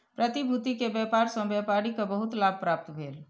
प्रतिभूति के व्यापार सॅ व्यापारी के बहुत लाभ प्राप्त भेल